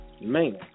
Man